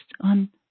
on